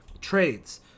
trades